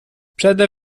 przede